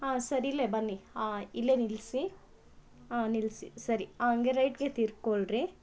ಹಾಂ ಸರ್ ಇಲ್ಲೆ ಬನ್ನಿ ಹಾಂ ಇಲ್ಲೆ ನಿಲ್ಲಿಸಿ ಹಾಂ ನಿಲ್ಲಿಸಿ ಸರಿ ಹಂಗೆ ರೈಟ್ಗೆ ತಿರ್ಕೊಳ್ಳಿರಿ